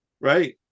Right